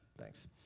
thanks